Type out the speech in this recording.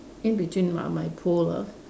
in between my my pole ah